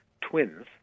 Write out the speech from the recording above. twins